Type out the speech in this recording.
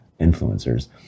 influencers